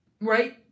right